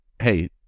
hey